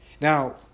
Now